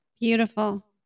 Beautiful